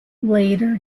later